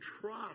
trust